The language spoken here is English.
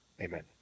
Amen